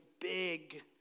big